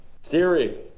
Siri